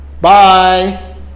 Bye